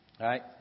Right